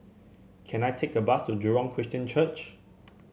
can I take a bus to Jurong Christian Church